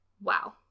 wow